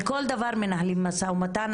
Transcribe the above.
על כל דבר מנהלים משא ומתן,